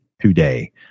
today